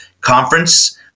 conference